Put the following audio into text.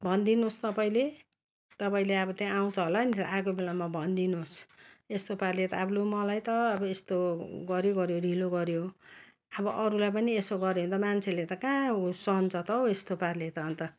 भनिदिनु होस् तपाईँले तपाईँले अब त्यहाँ आउँछ होला नि त आएको बेलामा भनिदिनुहोस् यस्तो पाराले त अब लु मलाई त अब यस्तो गऱ्यो गऱ्यो ढिलो गऱ्यो अब अरूलाई पनि अब यसो गऱ्यो भने त मान्छेले त कहाँ सहन्छ त हौ यस्तो पाराले त अन्त